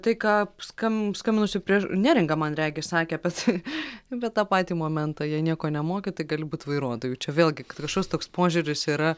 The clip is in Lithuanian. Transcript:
tai ką skam skambinusi prieš neringa man regis sakė apie tai apie tą patį momentą jei nieko nemoki tai gali būt vairuotoju čia vėlgi tai kažkoks toks požiūris yra